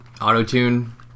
auto-tune